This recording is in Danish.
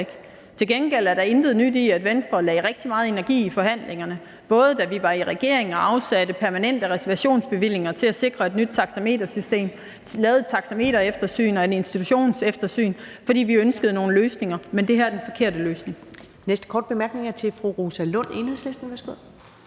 Til gengæld er der intet nyt i, at Venstre lagde rigtig meget energi i forhandlingerne, da vi var i regering, og da vi afsatte permanente reservationsbevillinger til at sikre et nyt taxametersystem og lavede et taxametereftersyn og et institutionseftersyn, fordi vi ønskede nogle løsninger. Men det her er den forkerte løsning.